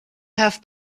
have